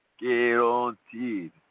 Guaranteed